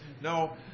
No